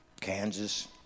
Kansas